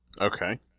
Okay